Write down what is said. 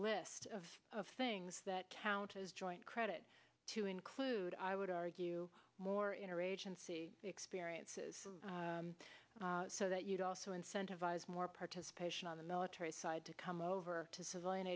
list of things that count as joint credit to include i would argue more inner agency experiences so that you'd also incentivize more participation on the military side to come over to civilian